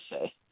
say